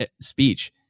speech